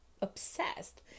obsessed